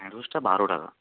ঢ্যাঁড়শটা বারো টাকা